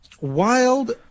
Wild